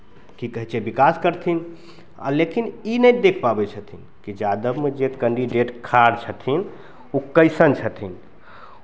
की कहै छै विकास करथिन आ लेकिन ई नहि देखि पाबै छथिन कि यादवमे जे कैंडीडेट खाड़ छथिन ओ कइसन छथिन